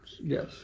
Yes